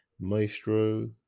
Maestro